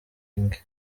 inc